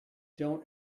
don’t